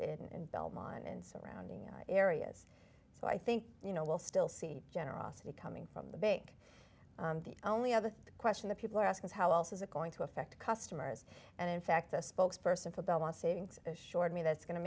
in belmont and surrounding areas so i think you know we'll still see generosity coming from the bank the only other question that people are asking is how else is it going to affect customers and in fact a spokesperson for belmont savings assured me that's go